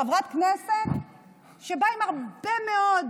חברת כנסת שבאה עם הרבה מאוד